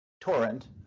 torrent